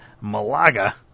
Malaga